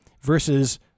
versus